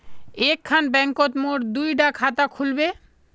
एक खान बैंकोत मोर दुई डा खाता खुल बे?